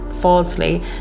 falsely